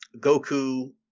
Goku